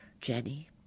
Jenny